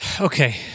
okay